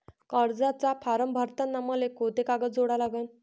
कर्जाचा फारम भरताना मले कोंते कागद जोडा लागन?